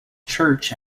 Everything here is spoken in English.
church